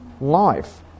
life